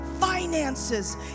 finances